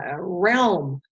realm